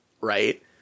right